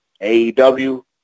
AEW